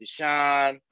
Deshaun